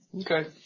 Okay